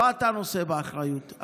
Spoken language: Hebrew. לא אתה נושא באחריות,